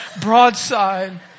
broadside